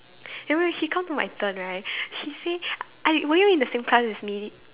then when she comes to my turn right she say I were you in the same class as me